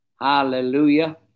hallelujah